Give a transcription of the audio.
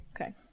Okay